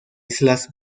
islas